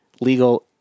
legal